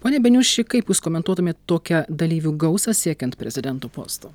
pone beniuši kaip jūs komentuotumėt tokią dalyvių gausą siekiant prezidento posto